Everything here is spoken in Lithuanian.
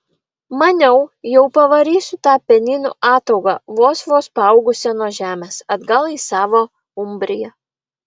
maniau jau pavarysiu tą apeninų ataugą vos vos paaugusią nuo žemės atgal į savo umbriją